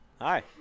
Hi